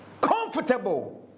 comfortable